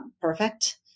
perfect